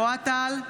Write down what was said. אוהד טל,